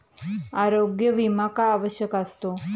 आरोग्य विमा का आवश्यक असतो?